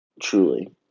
truly